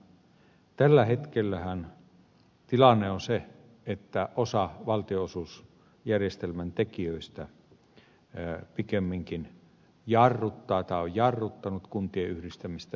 tällä hetkellähän tilanne on se että osa valtionosuusjärjestelmän tekijöistä pikemminkin jarruttaa tai on jarruttanut kuntien yhdistämistä